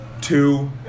Two